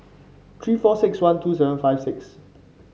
three four six one two seven five six